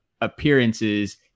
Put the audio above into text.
appearances